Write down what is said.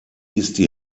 ist